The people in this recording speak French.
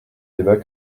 débats